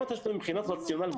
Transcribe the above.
מבחינת הרציונל,